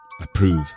approve